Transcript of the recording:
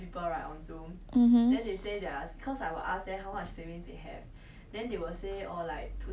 oh my god